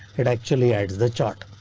it actually adds the chart.